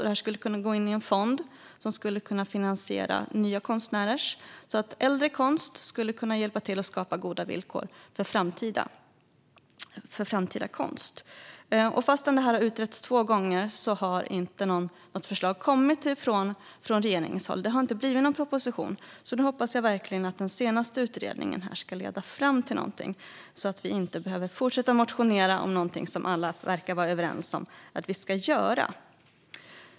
Detta skulle kunna gå in i en fond som finansierar nya konstnärers konst. Äldre konst skulle alltså kunna hjälpa till att skapa goda villkor för framtida konst. Fastän detta har utretts två gånger har inget förslag kommit från regeringens håll - det har inte blivit någon proposition. Nu hoppas jag verkligen att den senaste utredningen ska leda fram till någonting så att vi inte behöver fortsätta motionera om någonting som alla verkar vara överens om att vi ska göra.